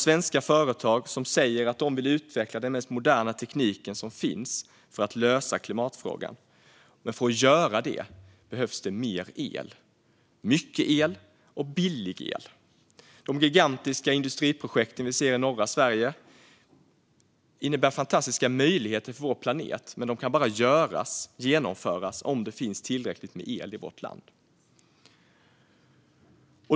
Svenska företag säger att de vill utveckla den modernaste tekniken som finns för att lösa klimatfrågan, men för att göra det behövs det mer el - mycket el och billig el. De gigantiska industriprojekt vi ser i norra Sverige innebär fantastiska möjligheter för vår planet, men de kan bara genomföras om det finns tillräckligt med el i vårt land.